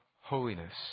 holiness